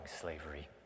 slavery